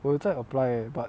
我有在 apply eh but